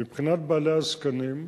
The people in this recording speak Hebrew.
מבחינת בעלי הזקנים,